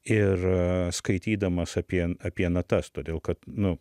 ir skaitydamas apie apie natas todėl kad nu